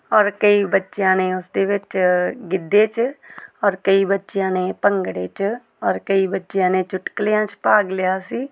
ਔਰ ਕਈ ਬੱਚਿਆਂ ਨੇ ਉਸ ਦੇ ਵਿੱਚ ਗਿੱਧੇ 'ਚ ਔਰ ਕਈ ਬੱਚਿਆਂ ਨੇ ਭੰਗੜੇ 'ਚ ਔਰ ਕਈ ਬੱਚਿਆਂ ਨੇ ਚੁਟਕਲਿਆਂ 'ਚ ਭਾਗ ਲਿਆ ਸੀ